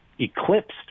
eclipsed